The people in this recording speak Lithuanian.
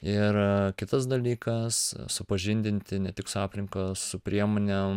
ir kitas dalykas supažindinti ne tik su aplinka su priemonėm